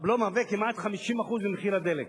הבלו הוא כמעט 50% ממחיר הדלק.